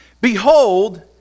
Behold